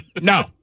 no